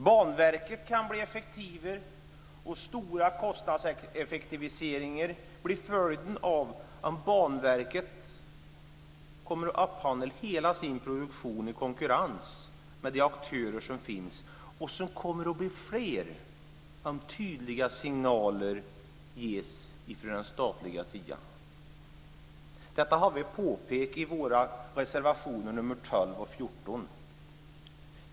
Banverket kan bli effektivare och stora kostnadseffektiviseringar bli följden om Banverket upphandlar hela sin produktion i konkurrens med de aktörer som finns - och som kommer att bli fler om tydliga signaler ges från den statliga sidan. Detta har vi påpekat i våra reservationer 12 och 14.